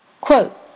Quote